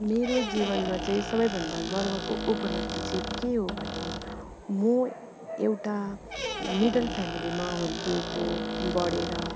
मेरो जीवनमा चाहिँ सबभन्दा गर्वको उपलब्धि चाहिँ के हो भने म एउटा मिडल फ्यामिलीमा हुर्किएको बढेर